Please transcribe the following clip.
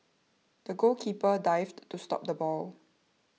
the goalkeeper dived to stop the ball